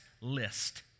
list